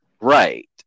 right